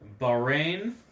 Bahrain